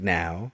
now